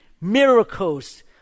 miracles